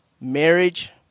marriage